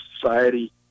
society